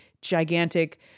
gigantic